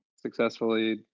successfully